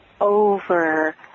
over